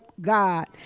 God